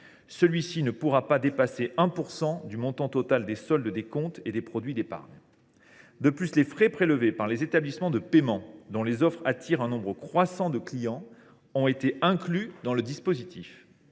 Celui ci ne pourra pas dépasser 1 % du montant total des soldes des comptes et des produits d’épargne. De plus, les frais prélevés par les établissements de paiement, dont les offres attirent un nombre croissant de clients, ont été inclus dans le dispositif.